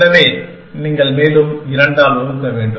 எனவே நீங்கள் மேலும் 2 ஆல் வகுக்க வேண்டும்